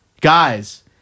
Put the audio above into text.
Guys